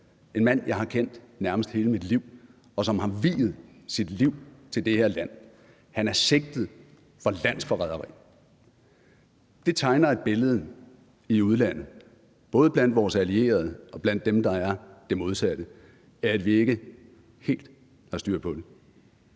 en mand, jeg har kendt nærmest hele mit liv, og som har viet sit liv til det her land – som er sigtet for landsforræderi. Det tegner et billede i udlandet – både blandt vores allierede og blandt dem, der er det modsatte – af, at vi ikke helt har styr på det.